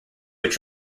its